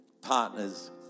partners